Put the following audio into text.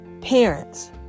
Parents